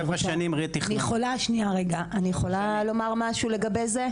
אני יכולה לומר משהו לגבי זה?